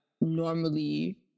normally